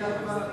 נצטרך ללכת לערד.